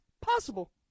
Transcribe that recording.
possible